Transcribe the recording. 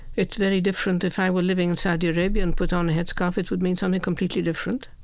it's very different if i were living in saudi arabia and put on a headscarf, it would mean something completely different.